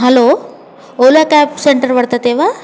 hello Ola cab centre वर्तते वा